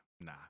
nah